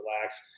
relax